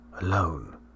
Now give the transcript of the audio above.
Alone